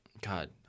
God